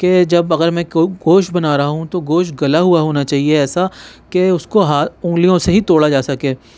کہ جب اگر میں کوشت بنا رہا ہوں تو گوشت گلا ہوا ہونا چہیے ایسا کہ اس کو ہاتھ انگلیوں سے ہی توڑا جا سکے